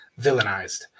villainized